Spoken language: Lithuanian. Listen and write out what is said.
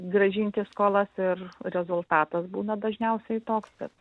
grąžinti skolas ir rezultatas būna dažniausiai toks kad